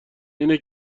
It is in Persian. اینه